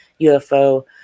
ufo